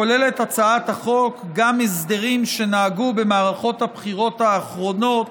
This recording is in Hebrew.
כוללת הצעת החוק גם הסדרים שהונהגו במערכות הבחירות האחרונות